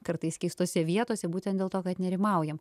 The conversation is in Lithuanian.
kartais keistose vietose būtent dėl to kad nerimaujam